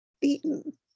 beaten